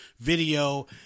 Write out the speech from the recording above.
video